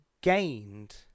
gained